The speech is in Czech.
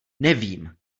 nevím